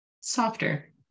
softer